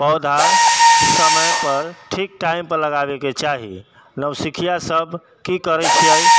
पौधा समयपर ठीक टाइमपर लगाबैके चाही नवसिखुआसब की करै छै